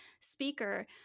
speaker